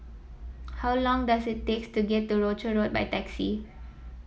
how long does it takes to get to Rochor Road by taxi